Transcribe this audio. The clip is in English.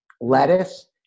lettuce